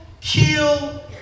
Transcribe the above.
Kill